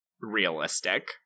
realistic